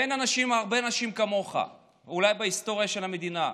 ואין הרבה אנשים כמוך, אולי בהיסטוריה של המדינה.